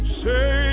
say